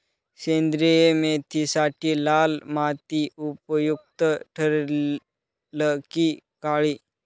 सेंद्रिय मेथीसाठी लाल माती उपयुक्त ठरेल कि काळी?